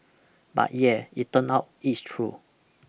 but yeah it turn out it's true